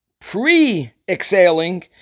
pre-exhaling